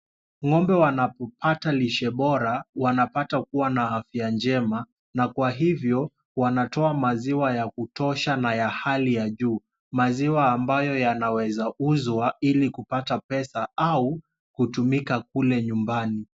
Ng'ombe wanapopata lishe bora wanapata kuwa na afya njema, na kwa hivyo wanatoa maziwa ya kutosha na ya hali ya juu, maziwa ambayo yanaweza uzwa ili kupata pesa au kutumika kule nyumbani.